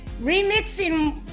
remixing